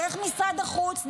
דרך משרד החוץ,